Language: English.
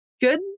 good